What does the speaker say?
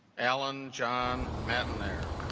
alan john metin there